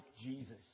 Jesus